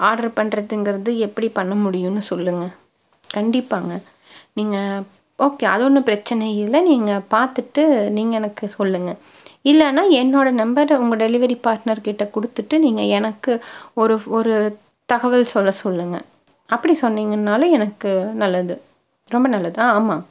order பண்ணுறதுங்குறது எப்படி பண்ண முடியும்னு சொல்லுங்க கண்டிப்பாங்க நீங்கள் ஓகே அது ஒன்றும் பிரச்சனை இல்லை நீங்கள் பார்த்துட்டு நீங்கள் எனக்கு சொல்லுங்க இல்லைனா என்னோட நம்பர்ட உங்கள் டெலிவரி பார்ட்னர்கிட்ட கொடுத்துட்டு நீங்கள் எனக்கு ஒரு ஒரு தகவல் சொல்ல சொல்லுங்க அப்படி சொன்னீங்கன்னாலும் எனக்கு நல்லது ரொம்ப நல்லதுதான் ஆ ஆமாம்